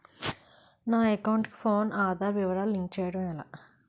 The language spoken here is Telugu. నా అకౌంట్ కు పాన్, ఆధార్ వివరాలు లింక్ చేయటం ఎలా?